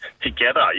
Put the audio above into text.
Together